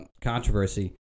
controversy